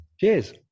Cheers